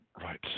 Right